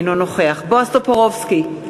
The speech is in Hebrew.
אינו נוכח בועז טופורובסקי,